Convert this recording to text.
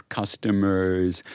customers